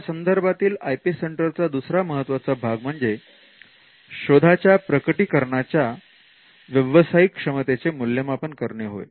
या संदर्भातील IP centre चा दुसरा महत्त्वाचा भाग म्हणजे शोधाच्या प्रकटीकरणाच्या व्यावसायिक क्षमतेचे मूल्यमापन करणे होय